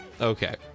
Okay